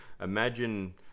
Imagine